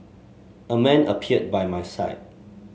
a man appeared by my side